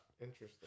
Interesting